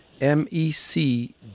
M-E-C